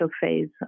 phase